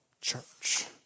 church